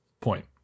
point